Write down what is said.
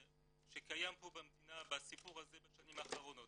שקיים פה במדינה בסיפור הזה בשנים האחרונות.